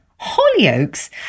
Hollyoaks